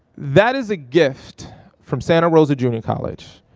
that is a gift from santa rosa junior college,